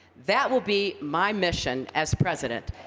that will be my mission as president.